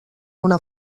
una